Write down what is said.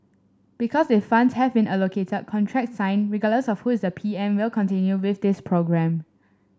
because if funds have been allocated contract signed regardless of who is the M P will continue with this programme